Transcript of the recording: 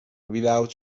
without